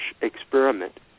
experiment